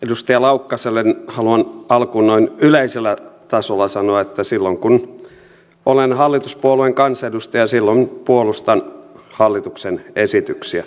edustaja laukkaselle haluan alkuun noin yleisellä tasolla sanoa että silloin kun olen hallituspuolueen kansanedustaja silloin puolustan hallituksen esityksiä